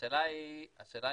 השאלה היא מורכבת.